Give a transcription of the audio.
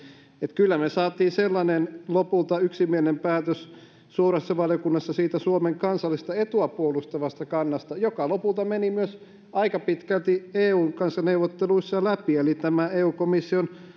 että kyllä me saimme sellaisen lopulta yksimielisen päätöksen suuressa valiokunnassa suomen kansallista etua puolustavasta kannasta joka lopulta meni aika pitkälti myös eun kanssa neuvotteluissa läpi eli eu komission